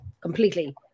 completely